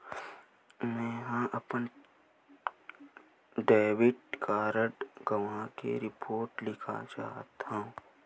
मेंहा अपन debit card गवाए के रिपोर्ट लिखना चाहत हव